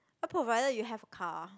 provided you have a car